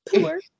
Poor